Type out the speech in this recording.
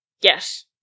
Yes